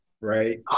right